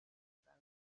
about